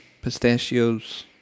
pistachios